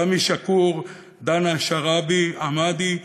רמי שקור, דנה שראבי עמדי,